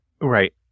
Right